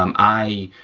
um i,